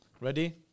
Ready